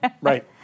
right